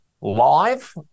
live